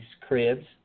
Cribs